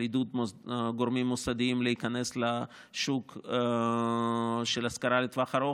של עידוד גורמים מוסדיים להיכנס לשוק של השכרה לטווח ארוך,